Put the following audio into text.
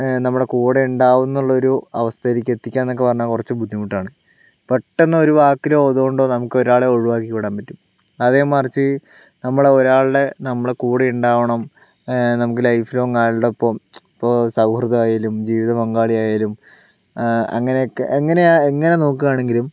നമ്മുടെ കുടെയുണ്ടാമെന്നുള്ളൊരു അവസ്ഥയിലേക്കെത്തിക്കുകയെന്നൊക്കെ പറഞ്ഞാൽ അത് കുറച്ച് ബുദ്ധിമുട്ടാണ് പെട്ടന്ന് ഒരു വാക്കിലോ ഇതുകൊണ്ടോ നമ്മുക്കൊരാളെ ഒഴിവാക്കി വിടാൻപറ്റും അതേമറിച്ച് നമ്മളെ ഒരാളുടെ നമ്മളെ കുടെയുണ്ടാവണം നമുക്ക് ലൈഫ് ലോങ്ങ് ആയാളുടൊപ്പം ഇപ്പോൾ സൗഹൃദമായാലും ജീവിത പങ്കാളിയായാലും അങ്ങനൊക്കെ എങ്ങനെ എങ്ങനെ നോക്കുകയാണെങ്കിലും